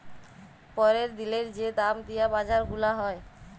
প্যরের দিলের যে দাম দিয়া বাজার গুলা হ্যয়